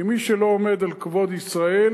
כי מי שלא עומד על כבוד ישראל,